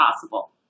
possible